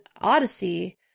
Odyssey